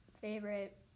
Favorite